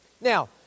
Now